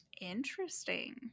interesting